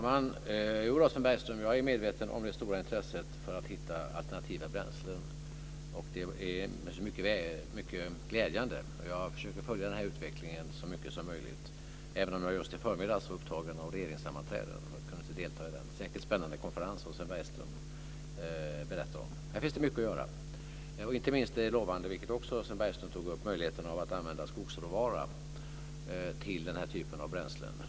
Fru talman! Jag är medveten, Sven Bergström, om det stora intresset för att hitta alternativa bränslen. Det är mycket glädjande. Jag försöker följa den utvecklingen så mycket som möjligt, även om jag just i förmiddags var upptagen av regeringssammanträden och inte kunde delta i den säkert spännande konferens som Sven Bergström berättade om. Här finns det mycket att göra. Inte minst är det lovande, vilket Sven Bergström också tog upp, när det gäller möjligheten att använda skogsråvara till den här typen av bränslen.